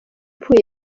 pre